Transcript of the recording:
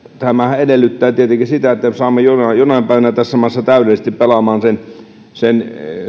tämä edellyttää tietenkin sitä että saamme jonain päivänä tässä maassa täydellisesti pelaamaan sen sen